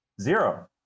Zero